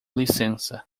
licença